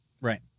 Right